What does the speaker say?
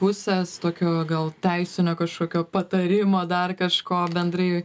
pusės tokio gal teisinio kažkokio patarimo dar kažko bendrai